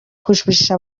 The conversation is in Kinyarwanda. kurusha